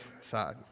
side